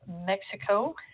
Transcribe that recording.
Mexico